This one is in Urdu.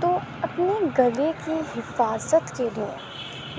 تو اپنے گلے کی حفاظت کے لیے